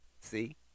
See